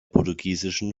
portugiesischen